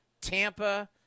Tampa